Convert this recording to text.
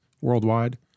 worldwide